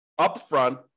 upfront